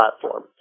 platform